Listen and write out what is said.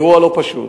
אירוע לא פשוט.